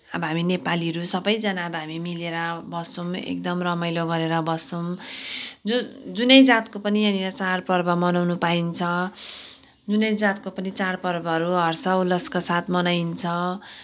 अब हामी नेपालीहरू सबैजना अब हामी मिलेर बस्छौँ एकदम रमाइलो गरेर बस्छौँ जो जुनै जातको पनि यहाँनिर चाडपर्व मनाउनु पाइन्छ जुनै जातको पनि चाडपर्वहरू हर्षोल्लासको साथ मनाइन्छ